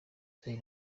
zari